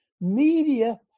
media